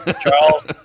Charles